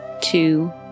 two